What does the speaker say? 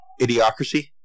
Idiocracy